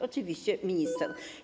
Oczywiście minister.